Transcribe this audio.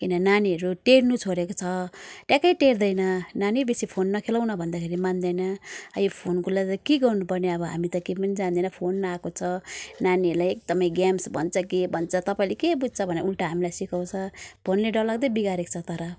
किन नानीहरू टेर्नु छोडेको छ ट्याक्कै टेर्दैन नानी बेसी फोन नखेलाउ न भन्दाखेरि मान्दैन अब यो फोनकोलाई चाहिँ गर्नुपर्ने अब हामी त केही पनि जान्दैन फोन आँको छ नानीहरूलाई एकदमै गेम्स भन्छ के भन्छ तपाईँले के बुझ्छ भनेर उल्टा हामीलाई सिकाउँछ फोनले डरलाग्दो बिगारेको छ तर